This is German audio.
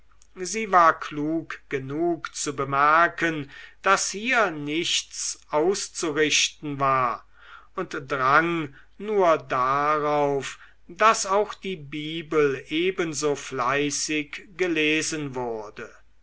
sie war klug genug zu bemerken daß hier nichts auszurichten war und drang nur darauf daß auch die bibel ebenso fleißig gelesen wurde